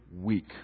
week